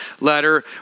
letter